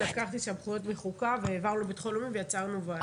לקחנו משם חוק מחוקה והעברנו לביטחון לאומי ויצרנו ועדה.